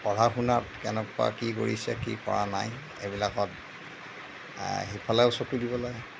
পঢ়া শুনাত কেনেকুৱা কি কৰিছে কি কৰা নাই এইবিলাকত সিফালেও চকু দিব লাগে